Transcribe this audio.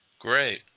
Great